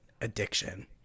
addiction